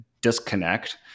disconnect